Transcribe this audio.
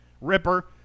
Ripper